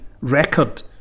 record